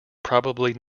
probably